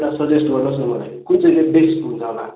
एउटा सजेस्ट गर्नु होस् न मलाई कुन चाहिँ चाहिँ बेस्ट हुन्छ होला